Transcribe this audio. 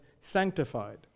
sanctified